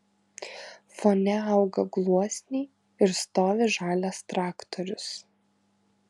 fone auga gluosniai ir stovi žalias traktorius